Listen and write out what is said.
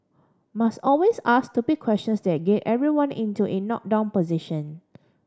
must always ask stupid questions that get everyone into in knock down position